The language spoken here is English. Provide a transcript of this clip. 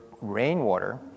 rainwater